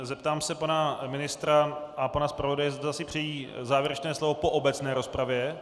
Zeptám se pana ministra a pana zpravodaje, zda si přejí závěrečné slovo po obecné rozpravě.